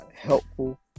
helpful